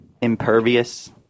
Impervious